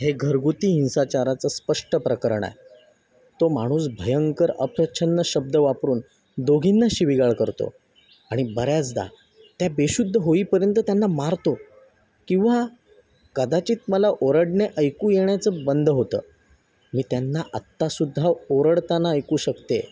हे घरगुती हिंसाचाराचं स्पष्ट प्रकरण आहे तो माणूस भयंकर अप्रच्छन्न शब्द वापरून दोघींना शिवीगाळ करतो आणि बऱ्याचदा त्या बेशुद्ध होईपर्यंत त्यांना मारतो किंवा कदाचित मला ओरडणे ऐकू येण्याचं बंद होतं मी त्यांना आतासुद्धा ओरडताना ऐकू शकते आहे